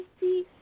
see